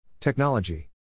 Technology